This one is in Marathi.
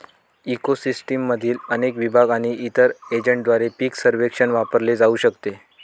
इको सिस्टीममधील अनेक विभाग आणि इतर एजंटद्वारे पीक सर्वेक्षण वापरले जाऊ शकते